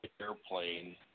airplane